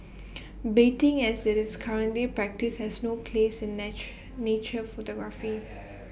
baiting as IT is currently practised has no place in natch nature photography